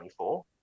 2024